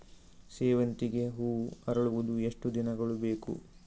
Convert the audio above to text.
ಸೇವಂತಿಗೆ ಹೂವು ಅರಳುವುದು ಎಷ್ಟು ದಿನಗಳು ಬೇಕು?